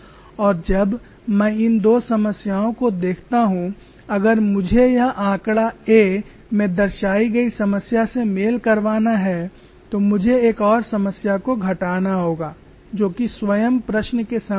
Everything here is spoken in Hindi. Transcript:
और जब मैं इन दो समस्याओं को देखता हूं अगर मुझे यह आंकड़ा में दर्शाई गई समस्या से मेल करवाना है तो मुझे एक और समस्या को घटाना होगा जो कि स्वयं प्रश्न के समान है